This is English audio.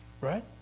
Right